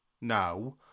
no